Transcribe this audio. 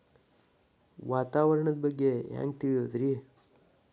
ವಾತಾವರಣದ ಬಗ್ಗೆ ಹ್ಯಾಂಗ್ ತಿಳಿಯೋದ್ರಿ?